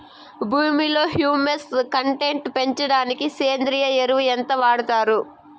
భూమిలో humus content పెంచడానికి సేంద్రియ ఎరువు ఎంత వాడుతారు